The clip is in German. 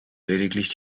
lediglich